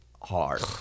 hard